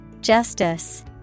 Justice